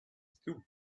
two